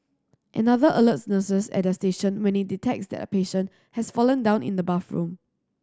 another alerts nurses at their station when it detects that a patient has fallen down in the bathroom